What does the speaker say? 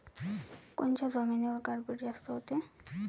कोनच्या जमिनीवर गारपीट जास्त व्हते?